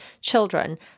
children